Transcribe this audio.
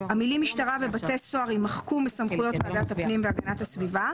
המילים "משטרה" ו"בתי סוהר" יימחקו מסמכויות הפנים והגנת הסביבה,